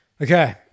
Okay